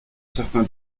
certain